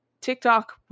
TikTok